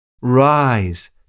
Rise